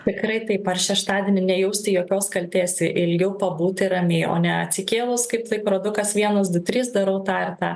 tikrai taip ar šeštadienį nejausti jokios kaltės ilgiau pabūti ramiai o ne atsikėlus kaip laikrodukas vienas du trys darau tą ir tą